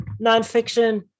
nonfiction